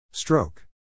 Stroke